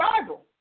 Bible